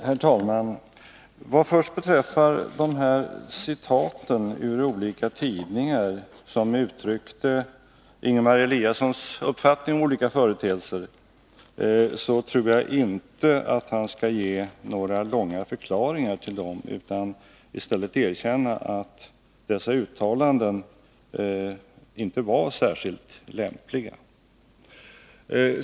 Herr talman! Vad först beträffar de citat ur olika tidningar som uttryckte Ingemar Eliassons uppfattning om olika företeelser, så tror jag inte att han skall ge några långa förklaringar till dem utan i stället erkänna att dessa uttalanden inte var särskilt lämpliga.